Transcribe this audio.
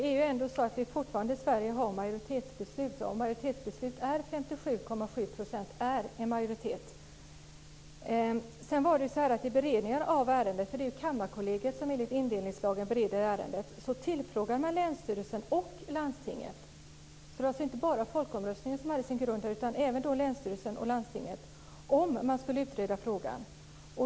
Fru talman! Vi har fortfarande majoritetsbeslut i I beredningen av ärenden - det var Kammarkollegiet som enligt indelningslagen beredde ärendet - tillfrågade man länsstyrelsen och landstinget om man skulle utreda frågan. Det var alltså inte bara folkomröstningen som låg till grund.